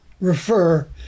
refer